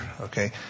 okay